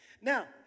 Now